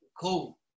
cool